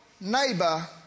neighbor